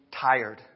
tired